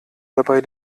dabei